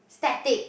static